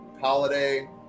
holiday